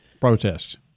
protests